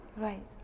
right